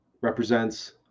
represents